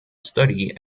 study